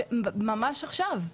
ממש עכשיו.